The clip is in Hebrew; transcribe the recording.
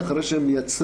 כל זה כמובן,